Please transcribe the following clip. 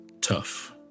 tough